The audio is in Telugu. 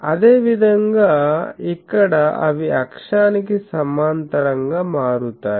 అదే విధంగా ఇక్కడ అవి అక్షానికి సమాంతరంగా మారుతాయి